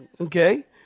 Okay